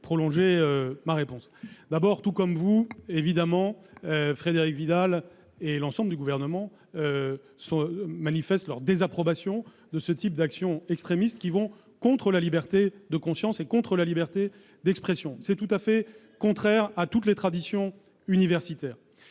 prolonger ma réponse. Tout comme vous, Frédérique Vidal et l'ensemble des membres du Gouvernement manifestent leur désapprobation de ce type d'actions extrémistes, qui vont contre la liberté de conscience et contre la liberté d'expression. C'est tout à fait contraire à toutes les traditions universitaires.